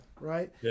right